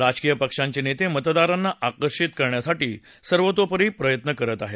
राजकीय पक्षांचे नेते मतदारांना आकर्षित करण्यासाठी सर्वतोपरी प्रयत्न करत आहेत